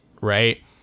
right